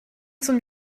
zum